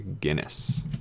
Guinness